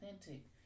authentic